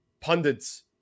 pundits